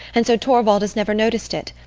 and so torvald has never noticed it.